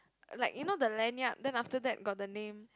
like you know the lanyard then after that got the name